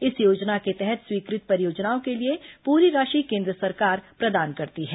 इस योजना के तहत स्वीकृत परियोजनाओं के लिए पूरी राशि केन्द्र सरकार प्रदान करती है